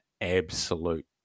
absolute